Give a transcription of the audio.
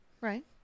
Right